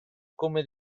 come